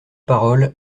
parole